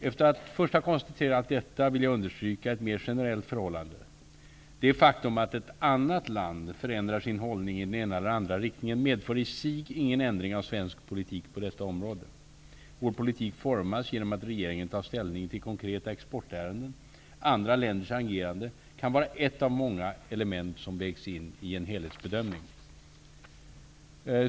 Efter att först ha konstaterat detta vill jag understryka ett mer generellt förhållande: Det faktum att ett annat land förändrar sin hållning i den ena eller andra riktningen medför i sig ingen ändring av svensk politik på detta område. Vår politik formas genom att regeringen tar ställning till konkreta exportärenden. Andra länders agerande kan vara ett av många element som vägs in vid en helhetsbedömning.